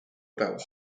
about